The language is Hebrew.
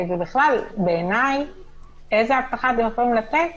ובכלל בעיניי איזו הבטחה אתם יכולים לתת